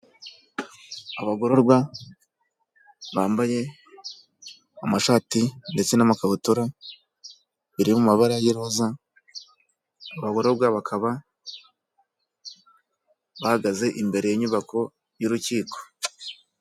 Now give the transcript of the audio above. Abagororwa bambaye amashati ndetse n'amakabutura biri mu mabara y'iroza, abagororwa bakaba bahagaze imbere y'inyubako y'urukiko.